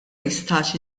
jistax